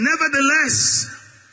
nevertheless